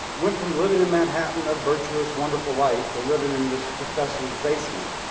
went from living in manhattan a virtuous, wonderful life to living in this professor's basement.